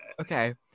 Okay